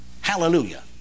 Hallelujah